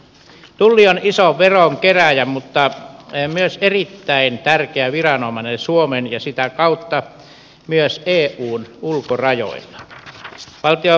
tulli on iso veron kerääjä mutta myös erittäin tärkeä viranomainen suomen ja sitä kautta myös eun ulkorajoilla